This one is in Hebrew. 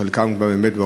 שחלקם כבר באמת,